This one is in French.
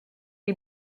les